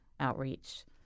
outreach